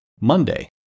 Monday